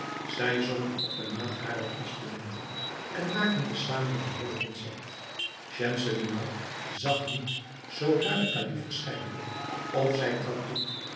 zij zongen op de maat harer instrumenten en maakten te zamen een heerlijk concert schemselnihar zag niet zoodra den kalif verschijnen of zij trad toe